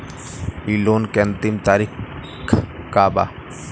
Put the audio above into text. इ लोन के अन्तिम तारीख का बा?